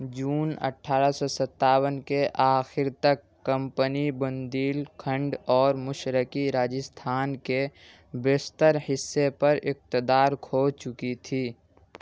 جون اٹھارہ سو ستاون کے آخر تک کمپنی بندیل کھنڈ اور مشرقی راجستھان کے بیشتر حصے پر اقتدار کھو چکی تھی